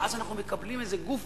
ואז אנחנו מקבלים איזה גוף